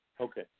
Okay